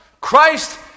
Christ